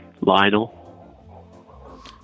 Lionel